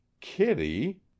Kitty